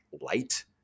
light